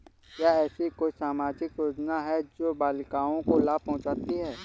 क्या ऐसी कोई सामाजिक योजनाएँ हैं जो बालिकाओं को लाभ पहुँचाती हैं?